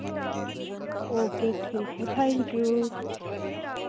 okay ठीक है thank you